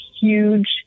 huge